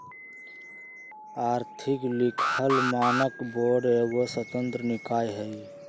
आर्थिक लिखल मानक बोर्ड एगो स्वतंत्र निकाय हइ